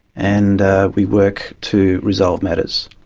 and we work to resolve matters.